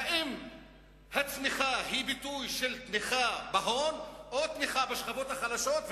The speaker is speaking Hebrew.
האם הצמיחה היא ביטוי של תמיכה בהון או תמיכה בשכבות החלשות,